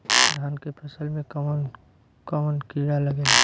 धान के फसल मे कवन कवन कीड़ा लागेला?